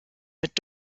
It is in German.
mit